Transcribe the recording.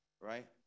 right